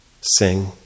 Sing